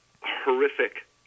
horrific